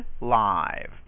live